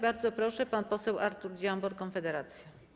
Bardzo proszę, pan poseł Artur Dziambor, Konfederacja.